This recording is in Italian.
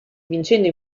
vincendo